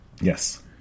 Yes